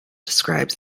describes